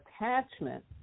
attachment